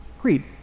greed